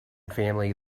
family